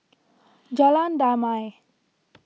Jalan Damai